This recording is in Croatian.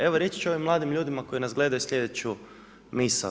Evo, reći ću ovim mladim ljudima koji nas gledaju slijedeću misao.